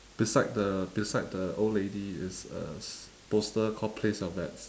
beside the beside the old lady is a poster called place your bets